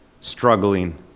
struggling